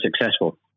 successful